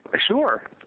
Sure